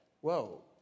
whoa